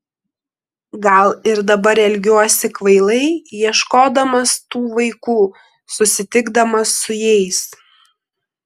gal ir dabar elgiuosi kvailai ieškodamas tų vaikų susitikdamas su jais